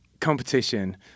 competition